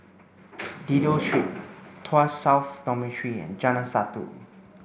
Dido Street Tuas South Dormitory and Jalan Satu